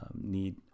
need